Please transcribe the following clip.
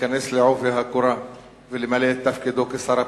להיכנס בעובי הקורה ולמלא את תפקידו כשר הפנים,